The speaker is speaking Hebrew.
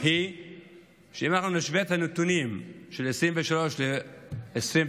היא שאם נשווה את הנתונים של 2023 ל-2022,